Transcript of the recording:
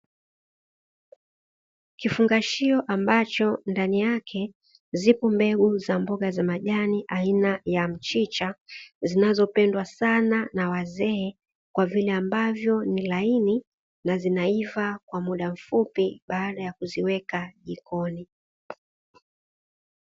Kifungashio ambacho ndani yake zipo mbegu za mboga za majani aina ya mchicha, zinazopendwa sana na wazee kwa vile ambavyo ni laini na zinaiva kwa muda mfupi baada ya kuziweka jikoni.